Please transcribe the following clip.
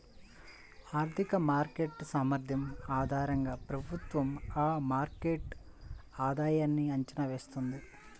ఆర్థిక మార్కెట్ సామర్థ్యం ఆధారంగా ప్రభుత్వం ఆ మార్కెట్ ఆధాయన్ని అంచనా వేస్తుంది